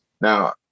Now